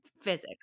physics